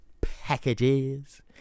packages